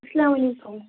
اسلامُ علیکُم